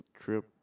trip